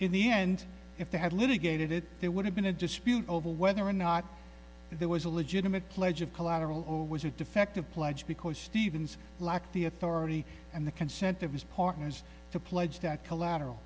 in the end if they had litigated it there would have been a dispute over whether or not there was a legitimate pledge of collateral or was a defective pledge because stevens lacked the authority and the consent of his partners to pledge that collateral